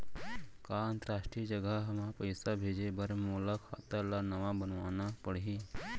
का अंतरराष्ट्रीय जगह म पइसा भेजे बर मोला खाता ल नवा बनवाना पड़ही?